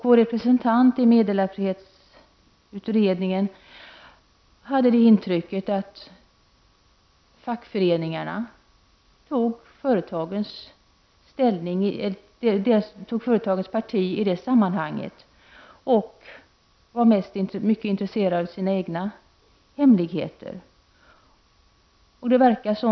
Vår representant i meddelarfrihetskommittén hade intrycket att fackföreningarna tog företagens parti i det sammanhanget och att de var mycket intresserade av sina egna hemligheter.